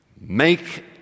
make